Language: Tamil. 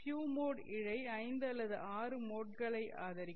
ஃபியூ மோட் இழை 5 அல்லது 6 மோட்களை ஆதரிக்கும்